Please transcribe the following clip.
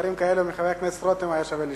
דברים כאלה מחבר הכנסת רותם היה שווה לשמוע.